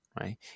right